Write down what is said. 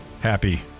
happy